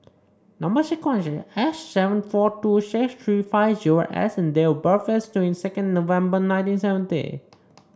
number sequence is S seven four two six tree five zero S and date of birth is second November nineteen seventy